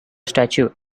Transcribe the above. statue